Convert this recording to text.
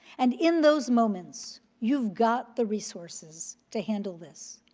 and in those moments, you've got the resources to handle this.